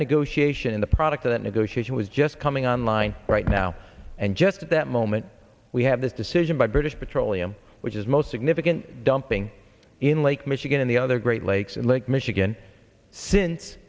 negotiation in the product of that negotiation was just coming on line right now and just at that moment we have this decision by british petroleum which is most significant dumping in lake michigan and the other great lakes in lake michigan since